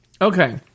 Okay